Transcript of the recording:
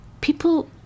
people